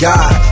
God